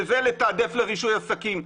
לתעדף לרישוי עסקים.